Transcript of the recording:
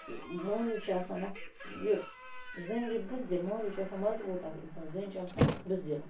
مٔہٕنیوٗ چھِ آسان اَکھ یہِ زٔنۍ گٔے بُزدِل مٔہٕنیوٗ چھِ آسان مضبوٗط اَکھ اِنسان زٔنۍ چھِ آسان بُزدِل